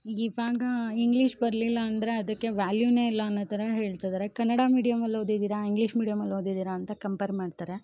ಇವಾಗ ಇಂಗ್ಲೀಷ್ ಬರಲಿಲ್ಲ ಅಂದ್ರೆ ಅದಕ್ಕೆ ವ್ಯಾಲ್ಯೂನೇ ಇಲ್ಲ ಅನ್ನೋ ಥರ ಹೇಳ್ತಿದಾರೆ ಕನ್ನಡ ಮೀಡಿಯಮಲ್ಲಿ ಓದಿದೀರ ಇಂಗ್ಲೀಷ್ ಮೀಡಿಯಮಲ್ಲಿ ಓದಿದೀರ ಅಂತ ಕಂಪೇರ್ ಮಾಡ್ತಾರೆ